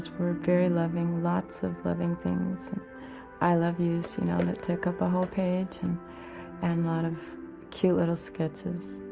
were very loving lots of loving things i love yous you know that took up a whole page and a and lot of cute little sketches